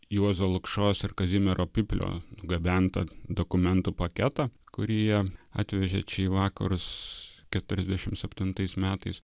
juozo lukšos ir kazimiero piplio gabentą dokumentų paketą kurį jie atvežė čia į vakarus keturiasdešim septintais metais